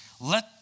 let